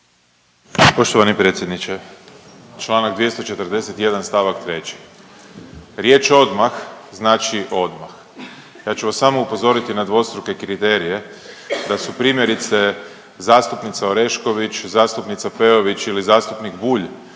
Poštovani predsjedniče. Čl. 241 st. 3. Riječ odmah, znači odmah. Ja ću vas samo upozoriti na dvostruke kriterije da su, primjerice, zastupnica Orešković, zastupnica Peović ili zastupnik Bulj